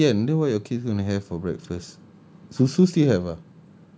takde roti kan then what your kids gonna have for breakfast susu still have ah